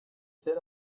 sit